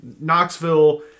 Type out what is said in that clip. Knoxville